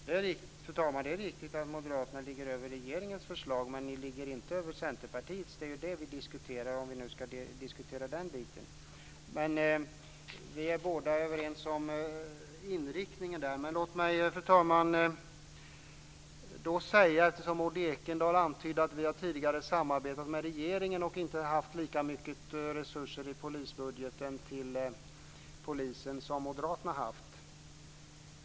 Fru talman! Det är riktigt att Moderaternas förslag ligger över regeringens förslag, men ni ligger inte över Centerpartiets. Det är vad vi diskuterar, om vi nu ska diskutera den delen. Vi är båda överens om inriktningen. Maud Ekendahl antydde att vi tidigare har samarbetat med regeringen och inte föreslagit lika mycket resurser i budgeten till polisen som moderaterna har föreslagit.